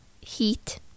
heat